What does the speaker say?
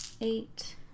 eight